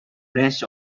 branch